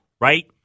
right